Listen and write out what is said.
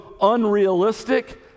unrealistic